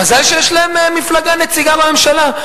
מזל שיש להם מפלגה נציגה בממשלה,